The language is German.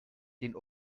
den